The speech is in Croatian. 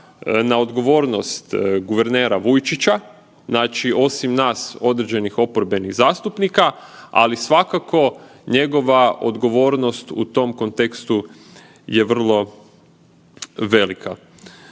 na odgovornost guvernera Vujčića osim nas određenih oporbenih zastupnika, ali svakako njegova odgovornost u tom kontekstu je vrlo velika.